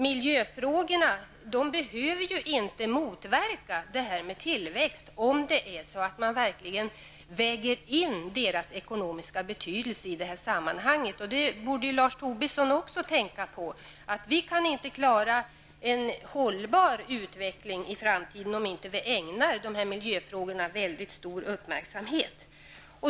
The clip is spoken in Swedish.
Miljöfrågorna behöver inte motverka tillväxten om man verkligen väger in deras ekonomiska betydelse i sammanhanget, Claes Roxbergh. Det borde också Lars Tobisson tänka på. Vi kan inte klara en hållbar utveckling i framtiden om vi inte ägnar miljöfrågorna en mycket stor uppmärksamhet.